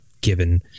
given